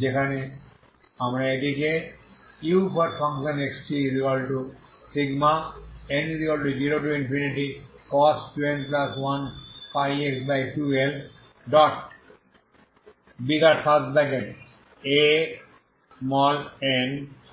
সেখানে আমরা এটিকে uxtn0cos 2n1πx2L